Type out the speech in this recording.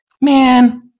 man